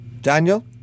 Daniel